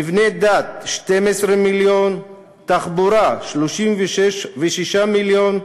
מבני דת, 12 מיליון, תחבורה, 36 מיליון,